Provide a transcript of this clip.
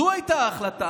זאת הייתה ההחלטה.